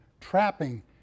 trapping